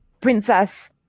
Princess